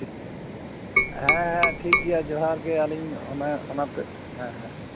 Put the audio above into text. ᱴᱷᱤᱠ ᱴᱷᱤᱠᱜᱮᱭᱟ ᱡᱚᱦᱟᱨ ᱜᱮ ᱟᱹᱞᱤᱧ ᱚᱱᱟ ᱚᱱᱟᱛᱮ